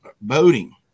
boating